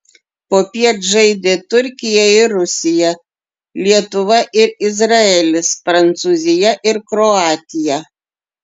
popiet žaidė turkija ir rusija lietuva ir izraelis prancūzija ir kroatija